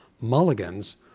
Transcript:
mulligans